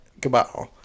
goodbye